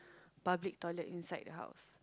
public toilet inside the house